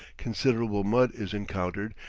considerable mud is encountered,